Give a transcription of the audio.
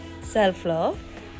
self-love